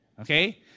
Okay